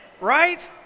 Right